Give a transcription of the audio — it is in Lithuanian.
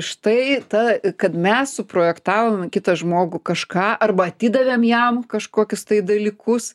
štai ta kad mes suprojektavome kitą žmogų kažką arba atidavėm jam kažkokius tai dalykus